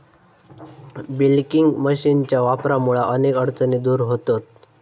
milking मशीनच्या वापरामुळा अनेक अडचणी दूर व्हतहत